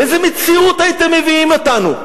לאיזו מציאות הייתם מביאים אותנו,